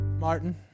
martin